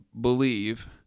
believe